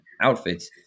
outfits